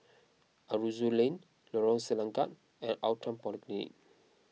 Aroozoo Lane Lorong Selangat and Outram Polyclinic